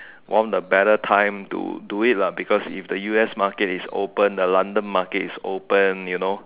one of the better time to do it lah because the us market is open the London market is open you know